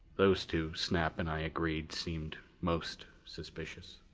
those two, snap and i agreed, seemed most suspicious.